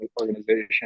organization